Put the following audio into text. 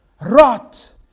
rot